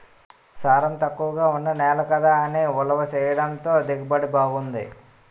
సారం తక్కువగా ఉన్న నేల కదా అని ఉలవ చేనెయ్యడంతో దిగుబడి బావుంది